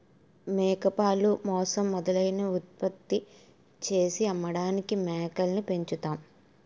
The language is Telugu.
మేకపాలు, మాంసం మొదలైనవి ఉత్పత్తి చేసి అమ్మడానికి మేకల్ని పెంచుతున్నాం